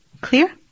Clear